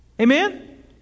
Amen